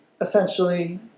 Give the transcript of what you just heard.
essentially